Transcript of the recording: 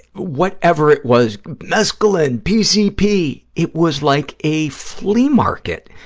whatever it was, mescaline, pcp, it was like a flea market,